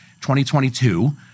2022